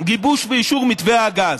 גיבוש ואישור של מתווה הגז.